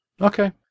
Okay